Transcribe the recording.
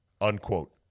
unquote